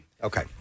Okay